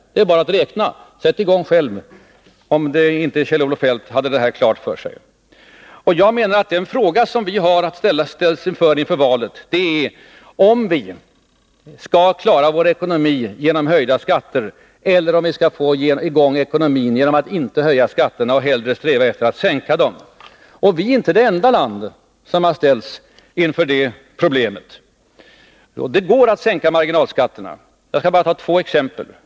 Det är bara att räkna. Sätt i gång själv, om inte Kjell-Olof Feldt har det här klart för sig. Jag menar att den fråga som vi ställs inför i valet är om vi skall klara vår ekonomi genom höjda skatter eller om vi skall få i gång den genom att inte höja skatterna och hellre sträva efter att sänka dem. Vi är inte det enda land som har ställts inför det problemet. Det går att sänka marginalskatterna. Jag skall ta två exempel.